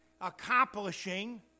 accomplishing